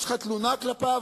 יש לך תלונה כלפיו,